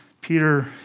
Peter